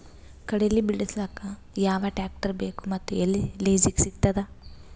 ಕಡಲಿ ಬಿಡಸಕ್ ಯಾವ ಟ್ರ್ಯಾಕ್ಟರ್ ಬೇಕು ಮತ್ತು ಎಲ್ಲಿ ಲಿಜೀಗ ಸಿಗತದ?